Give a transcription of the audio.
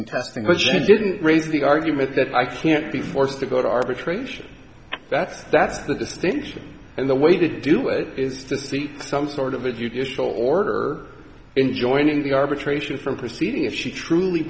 contesting but she didn't raise the argument that i can't be forced to go to arbitration that's that's the distinction and the way to do it is to seek some sort of a judicial order in joining the arbitration from proceeding if she truly